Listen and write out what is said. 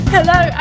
Hello